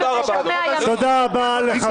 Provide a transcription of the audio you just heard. תודה רבה, אדוני.